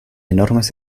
enormes